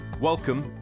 Welcome